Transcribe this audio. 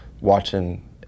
watching